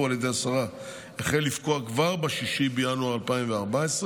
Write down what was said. על ידי השרה החל לפקוע כבר ב-6 בינואר 2024,